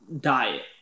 diet